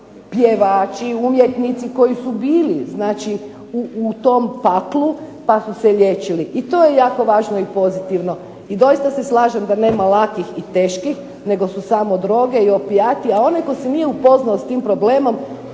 pjevači, umjetnici koji su bili znači u tom paklu pa su se liječili i to je jako važno i pozitivno. I doista se slažem da nema lakih i teških, nego su samo droge i opijati, a onaj tko se nije upoznao s tim problemom